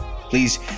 Please